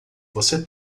você